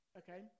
okay